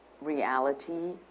reality